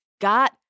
got